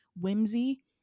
whimsy